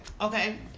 okay